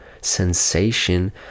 sensation